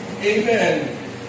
Amen